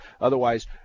Otherwise